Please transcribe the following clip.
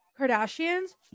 Kardashians